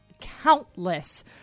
countless